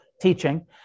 teaching